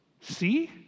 See